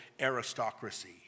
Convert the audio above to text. aristocracy